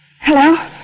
Hello